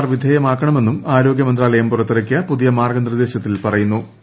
രോഗലക്ഷണം വിധേയമാക്കണമെന്നും ആര്യോഗ്യമന്ത്രാലയം പുറത്തിറക്കിയ പുതിയ മാർഗ്ഗനിർദ്ദേശത്തിൽ പറയുന്നു്